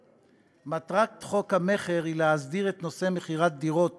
מטרת חוק המכר היא להסדיר את נושא מכירת דירות